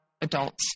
adults